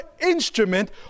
instrument